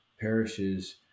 parishes